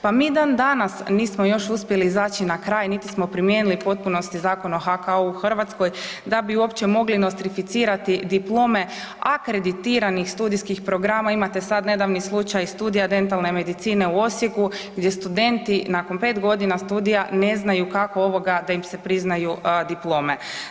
Pa mi dandanas nismo još uspjeli izaći na kraj niti smo primijenili u potpunosti Zakon o HKU-u u Hrvatskoj da bi uopće mogli nostrificirati diplome akreditiranih studijskih programa, imate sad nedavni slučaj studija dentalne medicine u Osijeku gdje studenti nakon 5 g. studija ne znaju kako da im se priznaju diplome.